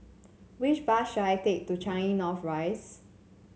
which bus should I take to Changi North Rise